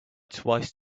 twice